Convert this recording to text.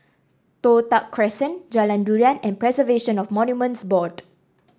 Toh Tuck Crescent Jalan Durian and Preservation of Monuments Board